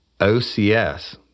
OCS